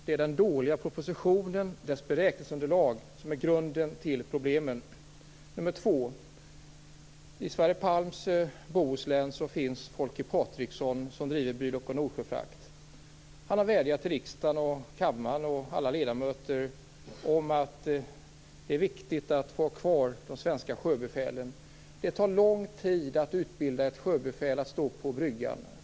Det är den dåliga propositionen och dess beräkningsunderlag som är grunden till problemen. I Sverre Palms Bohuslän finns Folke Patriksson, som driver Bylock & Nordsjöfrakt. Han har vädjat till riksdagens alla ledamöter om att vi skall förstå vikten av att ha kvar de svenska sjöbefälen. Det tar lång tid att utbilda ett sjöbefäl som skall stå på bryggan.